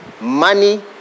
Money